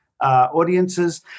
audiences